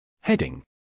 Heading